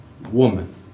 woman